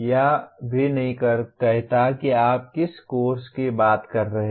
यह भी नहीं कहता कि आप किस कोर्स की बात कर रहे हैं